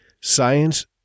science